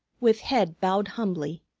with head bowed humbly,